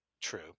true